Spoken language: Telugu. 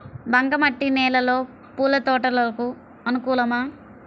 బంక మట్టి నేలలో పూల తోటలకు అనుకూలమా?